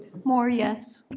moore, yes.